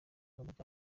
imodoka